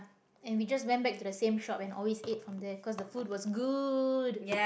and we just went back to the same shop and always eat for there cause the food was good